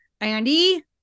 Andy